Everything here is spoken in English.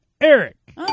Eric